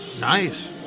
nice